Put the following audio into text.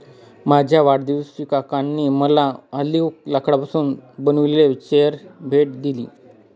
माझ्या वाढदिवशी काकांनी मला ऑलिव्ह लाकडापासून बनविलेली चेअर भेट दिली